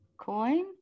coin